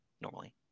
normally